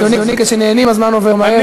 אדוני, כשנהנים הזמן עובר מהר.